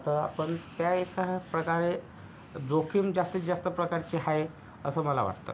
तर आपण त्या एका प्रकारे जोखीम जास्तीत जास्त प्रकारचे आहे असं मला वाटतं